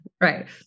Right